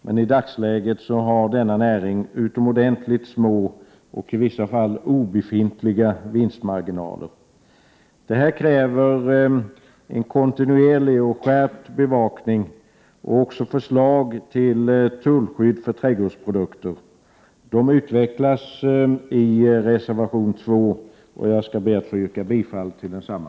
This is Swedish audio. Men i dagsläget har denna näring utomordentligt små och i vissa fall obefintliga vinstmarginaler. Detta kräver en kontinuerlig och skärpt bevakning och förslag till tullskydd för trädgårdsprodukter. Dessa förslag utvecklas i reservation 2, och jag ber att få yrka bifall till densamma.